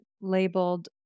labeled